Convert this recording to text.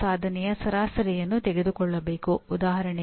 ಅಂದರೆ ಅವರು ತಮ್ಮದೇ ಆದ ವಿಷಯಕ್ಕೆ ಜವಾಬ್ದಾರರು